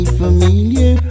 familiar